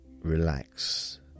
relax